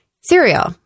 cereal